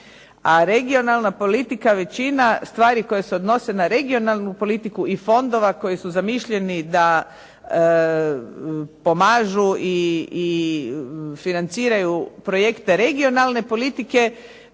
A regionalna politika, većina stvari koje se odnose na regionalnu politiku i fondova koji su zamišljeni da pomažu i financiraju projekte regionalne politike